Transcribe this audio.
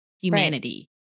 humanity